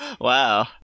Wow